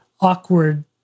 awkward